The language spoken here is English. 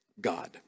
God